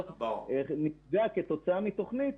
נפגע כתוצאה מתוכנית.